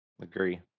agree